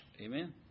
Amen